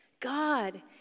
God